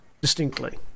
distinctly